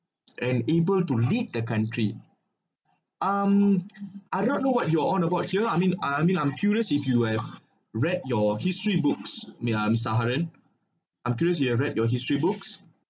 and able to lead the country um I do not know what your own about here I mean I mean I'm curious if you have read your history books me I'm sa~ haren I'm curious you've read your history books